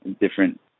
different